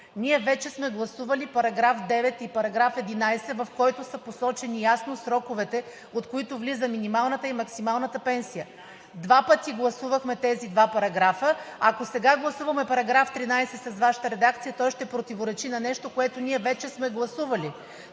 Ние вече сме гласували § 9 и § 11, в които са посочени ясно сроковете, от които влиза минималната и максималната пенсия, два пъти гласувахме тези два параграфа. Ако сега гласуваме § 13 с Вашата редакция, той ще противоречи на нещо, което ние вече сме гласували.